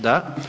Da.